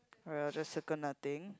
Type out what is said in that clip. alright I'll just circle nothing